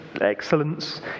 excellence